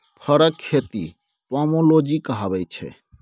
फरक खेती पामोलोजी कहाबै छै